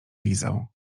lizał